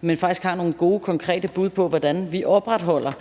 men faktisk har nogle gode konkrete bud på, hvordan vi opretholder